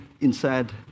inside